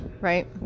right